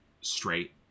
straight